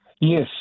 Yes